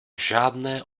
žádné